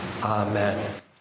Amen